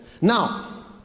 now